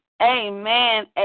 amen